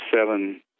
seven